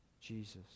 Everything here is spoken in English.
Jesus